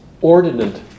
ordinate